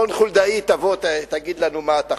רון חולדאי, תבוא, תגיד לנו מה אתה חושב.